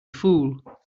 fool